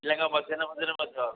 ପିଲାଙ୍କ ମଧ୍ୟାହ୍ନ ଭୋଜନ ମଧ୍ୟ